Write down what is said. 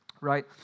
right